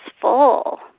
full